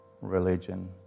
religion